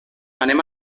anem